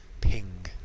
ping